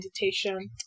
meditation